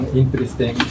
interesting